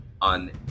on